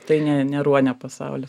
tai ne ne ruonio pasaulis